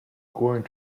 going